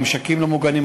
המשקים לא מוגנים,